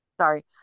Sorry